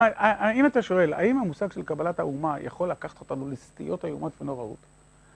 האם אתה שואל, האם המושג של קבלת האומה יכול לקחת אותנו לסטיות איומות ונוראות?